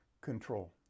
control